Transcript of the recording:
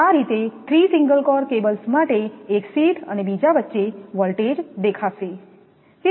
આ રીતે 3 single core cables માટે એક શીથ અને બીજા વચ્ચે વોલ્ટેજ દેખાશે